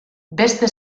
beste